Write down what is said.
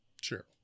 Sure